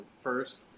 first